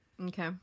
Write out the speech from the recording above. Okay